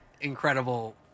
incredible